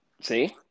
See